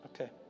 Okay